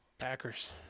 Packers